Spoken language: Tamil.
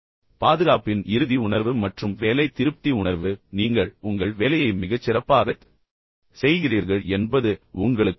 பாதுகாப்பின் இறுதி உணர்வு மற்றும் வேலை திருப்தி உணர்வு நீங்கள் உங்கள் வேலையை மிகச் சிறப்பாகச் செய்கிறீர்கள் என்பது உங்களுக்குத் தெரியும்